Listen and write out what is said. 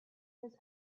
his